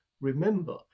remember